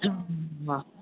हा